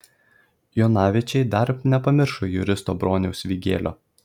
jonaviečiai dar nepamiršo juristo broniaus vygėlio